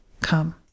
come